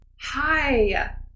Hi